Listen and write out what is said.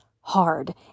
hard